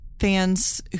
fans